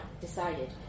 decided